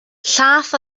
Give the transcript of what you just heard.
llaeth